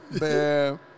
Man